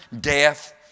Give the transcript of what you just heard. death